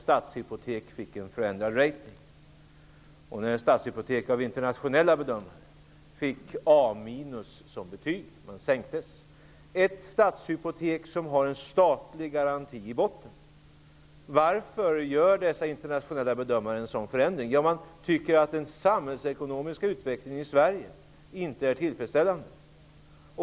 Statshypotek fick av internationella bedömare betyget A -, ett statshypotek som har en statlig garanti i botten. Varför gör dessa internationella bedömare en sådan förändring? Ja, man tycker att den samhällsekonomiska utvecklingen i Sverige inte är tillfredsställande.